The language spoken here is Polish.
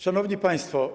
Szanowni Państwo!